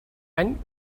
any